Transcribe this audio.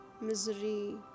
misery